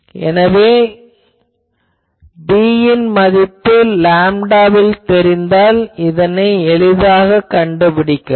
எனவே b யின் மதிப்பு லேம்டாவில் தெரிந்தால் இதனை எளிதாகக் கண்டுபிடிக்கலாம்